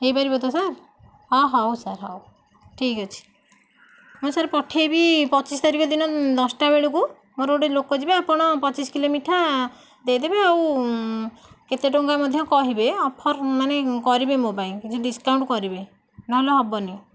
ହେଇପାରିବ ତ ସାର୍ ହଁ ହଉ ସାର୍ ହଉ ଠିକ୍ ଅଛି ମୁ ସାର୍ ପଠେଇବି ପଚିଶି ତାରିଖ ଦିନ ଦଶଟା ବେଳକୁ ମୋର ଗୋଟେ ଲୋକ ଯିବେ ଆପଣ ପଚିଶ କିଲୋ ମିଠା ଦେଇଦେବେ ଆଉ କେତେ ଟଙ୍କା ମଧ୍ୟ କହିବେ ଅଫର୍ ମାନେ କରିବେ ମୋ ପାଇଁ କିଛି ଡିସ୍କାଉଣ୍ଟ ନହେଲେ ହେବନି